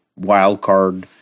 wildcard